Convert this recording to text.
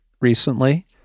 recently